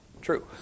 true